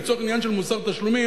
לצורך עניין של מוסר תשלומים,